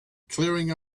clearing